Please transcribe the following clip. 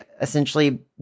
essentially